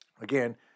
Again